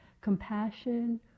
Compassion